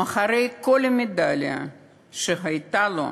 מאחורי כל מדליה שהייתה לו,